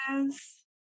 yes